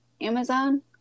Amazon